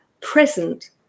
present